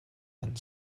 and